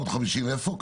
450 אלף איפה?